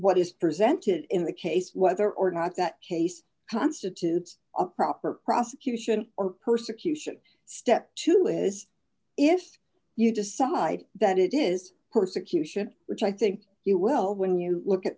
what is presented in the case whether or not that case constitutes a proper prosecution or persecution step two is if you decide that it is persecution which i think you will when you look at